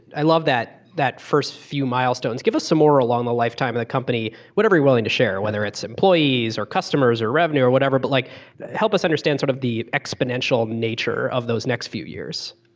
i love that that first few milestones. give us some more along the lifetime of that company. whatever you're willing to share, whether it's employees, or customers, or revenue, or whatever. but like help us understand sort of the exponential nature of those next few years.